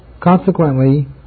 Consequently